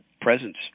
presence